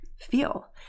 feel